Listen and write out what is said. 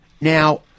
Now